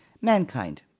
Mankind